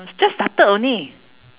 just started only